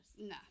No